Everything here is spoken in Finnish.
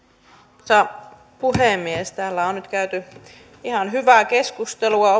arvoisa puhemies täällä on nyt käyty ihan hyvää keskustelua